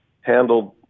handled